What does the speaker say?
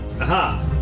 aha